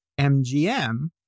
MGM